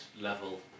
level